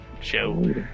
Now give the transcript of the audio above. show